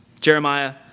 Jeremiah